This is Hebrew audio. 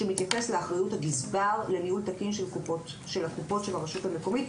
שמתייחס לאחריות הגזבר לניהול תקין של הקופות של הרשות המקומית,